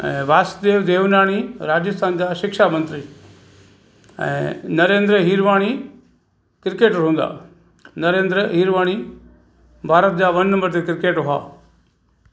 ऐं वासदेव देवनानी राजस्थान जा शिक्षा मंत्री ऐं नरेन्द्र हीरवाणी क्रिकेटर हूंदा नरेन्द्र हीरवाणी भारत जा वन नम्बर ते क्रिकेट हुआ